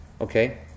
okay